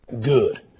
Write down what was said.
Good